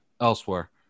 elsewhere